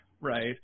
right